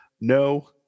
no